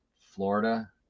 florida